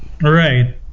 Right